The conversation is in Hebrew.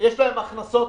יש להם X הכנסות.